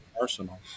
Arsenal